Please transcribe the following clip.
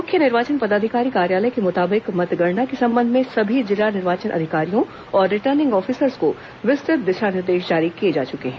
मुख्य निर्वाचन पदाधिकारी कार्यालय के मुताबिक मतगणना के संबंध में सभी जिला निर्वाचन अधिकारियों और रिटर्निंग ऑफिसरों को विस्तृत दिशा निर्देश जारी किए जा चुके हैं